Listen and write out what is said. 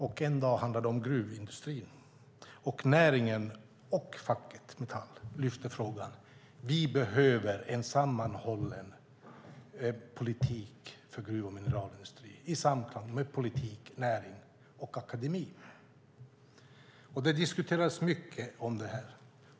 En dag handlade det om gruvindustrin, och då lyfte näringen, och Metall, upp frågan om att vi behöver en sammanhållen politik för gruv och mineralindustrin i samklang med politik, näring och akademi. Det diskuterades mycket om det här.